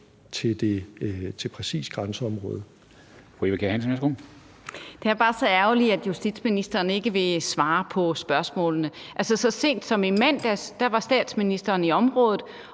Eva Kjer Hansen (V): Det er bare så ærgerligt, at justitsministeren ikke vil svare på spørgsmålene. Så sent som i mandags var statsministeren i området